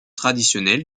traditionnel